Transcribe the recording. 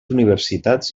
universitats